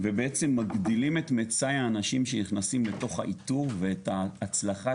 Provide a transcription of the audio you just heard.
ובעצם מגדילים את מצאי האנשים שנכנסים לתוך האיתור ואת ההצלחה